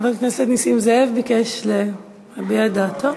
חבר הכנסת נסים זאב ביקש להביע את דעתו?